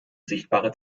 sichtbare